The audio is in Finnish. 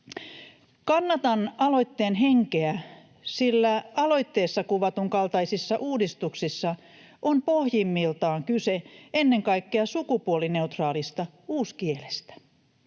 Kannatan aloitteen henkeä, sillä aloitteessa kuvatun kaltaisissa uudistuksissa on pohjimmiltaan kyse ennen kaikkea sukupuolineutraalista uuskielestä.